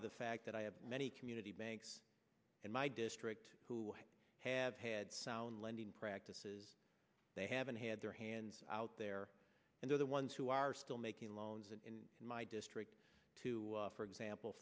of the fact that i have many community banks in my district who have had sound lending practices they haven't had their hands out there and they're the ones who are still making loans in my district to for example